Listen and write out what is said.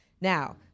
Now